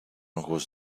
was